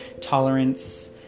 tolerance